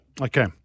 Okay